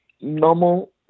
normal